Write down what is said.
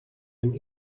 een